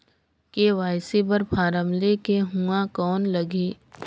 KYC बर form ले के ऊहां कौन लगही?